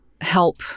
help